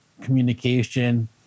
communication